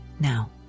now